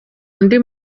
undi